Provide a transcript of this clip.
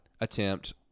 attempt